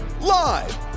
live